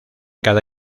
cada